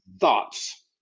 thoughts